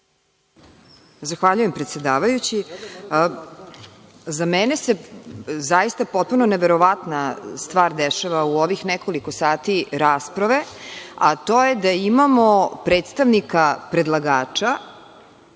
Zahvaljujem predsedavajući.Za mene se zaista potpuno neverovatna stvar dešava u ovih nekoliko sati rasprave, a to je da imamo predstavnika predlagača,